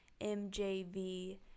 mjv